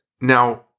Now